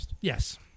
Yes